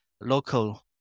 local